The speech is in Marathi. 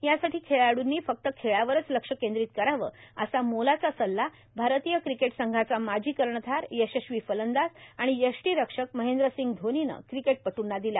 यासाठी खेळाडूंनी फक्त खेळावरच लक्ष केंद्रीत करावं असा मोलाचा सल्ला भारतीय क्रिकेट संघाचा माजी कर्णधार यशस्वी फलंदाज आणि यष्टिरक्षक महेंद्रसिंग धोनीन क्रिकेटपटूंना दिला